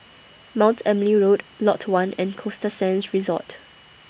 Mount Emily Road Lot one and Costa Sands Resort